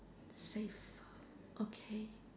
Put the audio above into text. safe okay